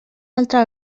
altre